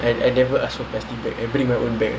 and I never ask for plastic bag I bring my own bag